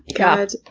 god.